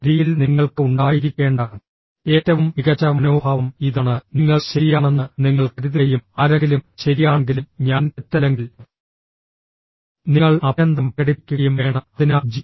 ഡിയിൽ നിങ്ങൾക്ക് ഉണ്ടായിരിക്കേണ്ട ഏറ്റവും മികച്ച മനോഭാവം ഇതാണ് നിങ്ങൾ ശരിയാണെന്ന് നിങ്ങൾ കരുതുകയും ആരെങ്കിലും ശരിയാണെങ്കിലും ഞാൻ തെറ്റല്ലെങ്കിൽ നിങ്ങൾ അഭിനന്ദനം പ്രകടിപ്പിക്കുകയും വേണം അതിനാൽ ജി